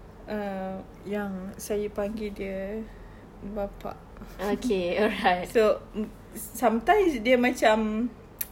err yang saya panggil dia bapa so sometimes dia macam